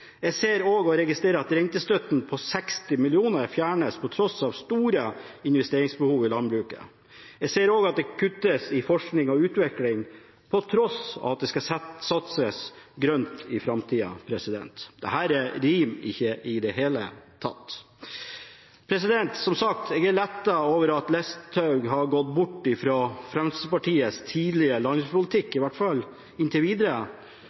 Jeg ser og registrerer også at rentestøtten på 60 mill. kr fjernes på tross av store investeringsbehov i landbruket. Jeg ser også at det kuttes i forskning og utvikling på tross av at det skal satses grønt i framtida. Dette rimer ikke i det hele tatt. Som sagt: Jeg er lettet over at Listhaug har gått bort fra Fremskrittspartiets tidligere landbrukspolitikk – i hvert fall inntil videre